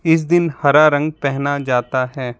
इस दिन हरा रंग पहना जाता है